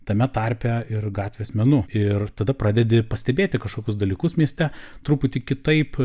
tame tarpe ir gatvės menu ir tada pradedi pastebėti kažkokius dalykus mieste truputį kitaip